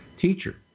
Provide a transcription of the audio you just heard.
teacher